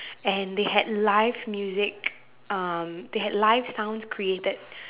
and they had live music um they had live sounds created